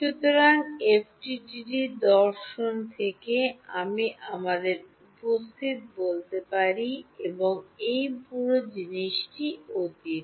সুতরাং এফডিটিডি দর্শনা থেকে আমি আমাদের উপস্থিত বলতে পারি এবং এই পুরো জিনিসটি অতীত